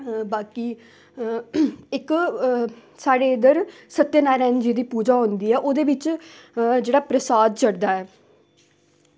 ते बाकी इक्क साढ़े इद्धर सत्यानारायण दी पूजा होंदी ऐ ओह्दे बिच जेह्ड़ा प्रसाद चढ़दा ऐ